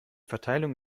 verteilung